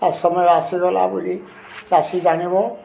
ତା ସମୟରେ ଆସିଗଲା ବୋଲି ଚାଷୀ ଜାଣିବ